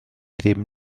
ddim